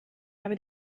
habe